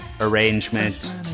arrangement